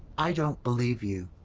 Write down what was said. i don't believe you.